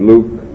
Luke